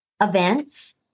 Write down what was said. events